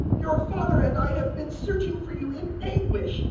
your father and i have been searching for you in anguish